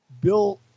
Bill